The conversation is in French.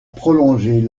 prolonger